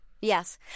Yes